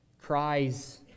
cries